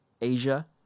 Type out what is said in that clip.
Asia